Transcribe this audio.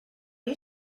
you